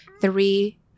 three